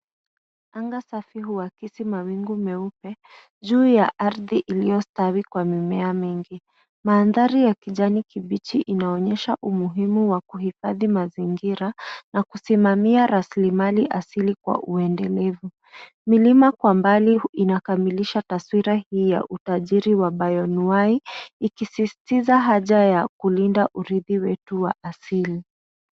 Anga safi huakisi mawingu meupe juu ya ardhi iliyostawi kwa mimea mingi. Mandhari ya kijani kibichi inaonyesha umuhimu wa kuhifadhi mazingira na kusimamia rasilimali asili kwa uendelevu. Milima kwa mbali inakamilisha taswira hii ya utajiri wa bayonwahi ikisisitiza haja ya kulinda urithi wetu wa asili.